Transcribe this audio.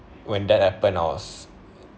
when that happened I was